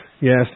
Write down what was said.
Yes